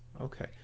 Okay